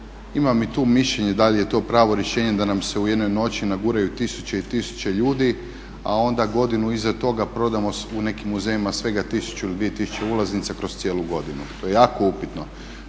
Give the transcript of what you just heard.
Imam i tu mišljenje da li je to pravo rješenje da nam se u jednoj noći naguraju tisuće i tisuće ljudi a onda godinu iza toga prodamo u nekim muzejima svega 1000 ili 2000 ulaznica kroz cijelu godinu. To je jako upitno.